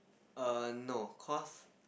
err no cause